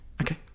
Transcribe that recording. okay